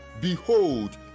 Behold